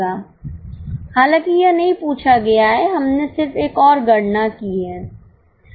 हालांकि यह नहीं पूछा गया है हमने सिर्फ एक और गणना की है